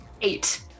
Eight